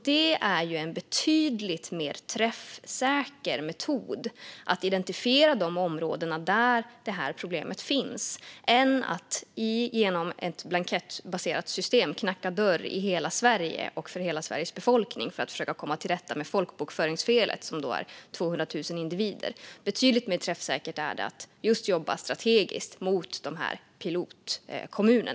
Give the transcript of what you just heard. Detta är en betydligt mer träffsäker metod - att identifiera de områden där detta problem finns - än att med hjälp av ett blankettbaserat system knacka dörr i hela Sverige, bland hela Sveriges befolkning, för att försöka komma till rätta med folkbokföringsfelet, som omfattar 200 000 individer. Betydligt mer träffsäkert är det att just jobba strategiskt mot dessa pilotkommuner.